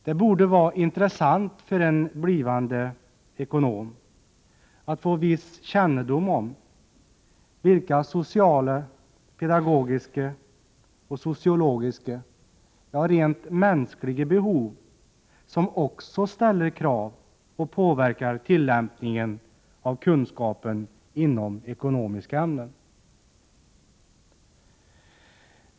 Det borde vara intressant för en blivande ekonom att få viss kännedom om vilka sociala, pedagogiska och sociologiska, ja, rent mänskliga behov, som också ställer krav och påverkar tillämpningen av kunskapen inom ekonomiska ämnen.